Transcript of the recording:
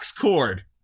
cord